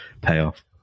payoff